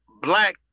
black